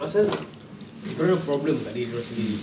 pasal dorang ada problem kat diri dorang sendiri